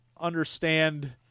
understand